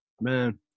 Man